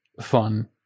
fun